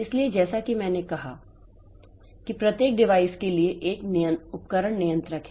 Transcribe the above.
इसलिए जैसा कि मैंने कहा कि प्रत्येक डिवाइस के लिए एक उपकरण नियंत्रक है